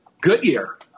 Goodyear